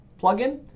plugin